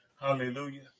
hallelujah